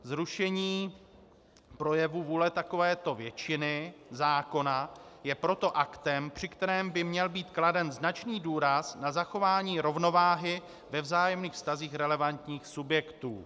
Zrušení projevu vůle takovéto většiny, zákona, je proto aktem, při kterém by měl být kladen značný důraz na zachování rovnováhy ve vzájemných vztazích relevantních subjektů.